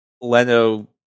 Leno